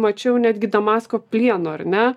mačiau netgi damasko plieno ar ne